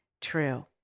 true